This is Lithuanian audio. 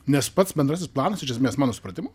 nes pats bendrasis planas iš esmės mano supratimu